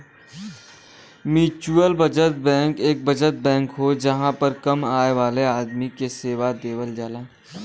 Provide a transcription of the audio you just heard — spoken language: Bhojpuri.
म्युचुअल बचत बैंक एक बचत बैंक हो जहां पर कम आय वाले आदमी के सेवा देवल जाला